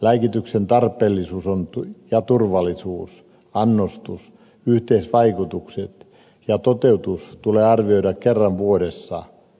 lääkityksen tarpeellisuus turvallisuus annostus yhteisvaikutukset ja toteutus tulee arvioida kerran vuodessa